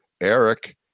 Eric